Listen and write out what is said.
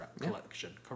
Collection